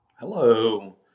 Hello